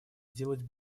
сделать